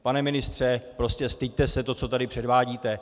Pane ministře, prostě styďte se, to, co tady předvádíte.